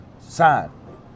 Sign